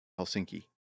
Helsinki